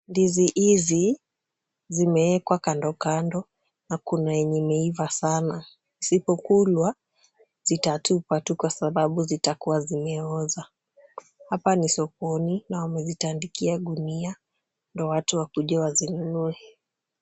Ndizi hizi zimewekwa kando kando na kuna yenye imeiva sana. Isipokulwa zitatupwa tu kwa sababu zitakuwa zimeoza. Hapa ni sokoni na wamezitandikia gunia ndio watu wakuje wazinunue.